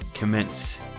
commence